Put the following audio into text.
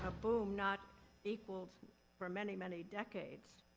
ah boom not equaled for many, many decades.